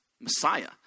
Messiah